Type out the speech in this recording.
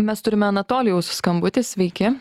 mes turime anatolijaus skambutį sveiki